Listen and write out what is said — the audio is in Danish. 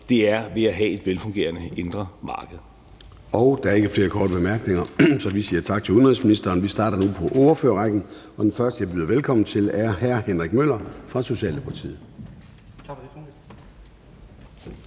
på, er at have et velfungerende indre marked. Kl. 15:43 Formanden (Søren Gade): Der er ikke flere korte bemærkninger. Så vi siger tak til udenrigsministeren og starter nu på ordførerrækken. Den første, jeg byder velkommen til, er hr. Henrik Møller fra Socialdemokratiet.